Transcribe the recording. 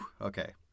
okay